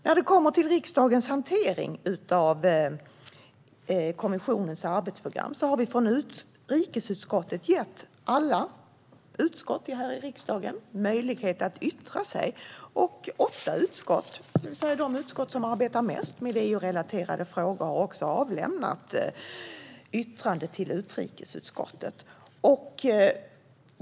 När det gäller riksdagens hantering av kommissionens arbetsprogram har vi från utrikesutskottet gett alla utskott här i riksdagen möjlighet att yttra sig. Åtta utskott, de som arbetar mest med EU-relaterade frågor, har avlämnat yttranden till utrikesutskottet.